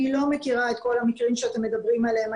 לא מכירה את כל המקרים שאתם מדברים עליהם.